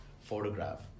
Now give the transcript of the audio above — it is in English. photograph